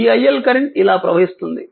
ఈ iL current ఇలా ప్రవహిస్తుంది